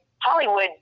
Hollywood